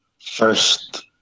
first